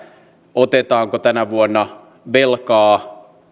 otetaanko tänä vuonna velkaa